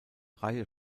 reihe